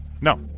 No